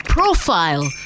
Profile